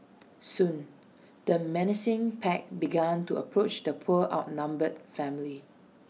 soon the menacing pack began to approach the poor outnumbered family